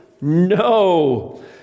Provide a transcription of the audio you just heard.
No